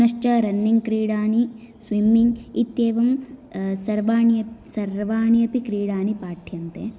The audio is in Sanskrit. पुनश्च रन्निङ्ग् क्रीडानि स्विमिङ्ग् इत्येवं सर्वाण्य सर्वाणि अपि क्रीडानि पाठ्यन्ते